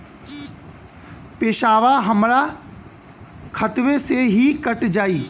पेसावा हमरा खतवे से ही कट जाई?